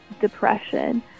depression